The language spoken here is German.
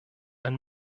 ein